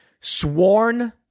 Sworn